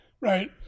Right